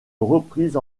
reprise